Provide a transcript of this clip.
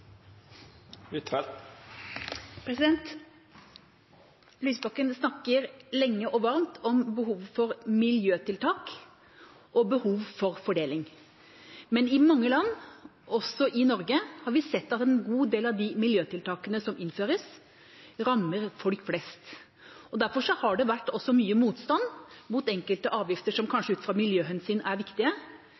replikkordskifte. Lysbakken snakket lenge og varmt om behovet for miljøtiltak og behov for fordeling. Men i mange land, også i Norge, har vi sett at en god del av de miljøtiltakene som innføres, rammer folk flest. Derfor har det også vært mye motstand mot enkelte avgifter som kanskje ut fra miljøhensyn er viktige,